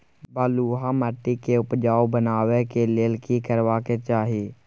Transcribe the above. बालुहा माटी के उपजाउ बनाबै के लेल की करबा के चाही?